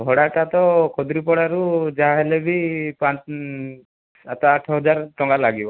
ଭଡ଼ାଟା ତ ଖଜୁରୀପଡ଼ାରୁ ଯାହାହେଲେ ବି ପା ସାତ ଆଠ ହଜାର ଟଙ୍କା ଲାଗିବ